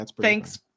thanks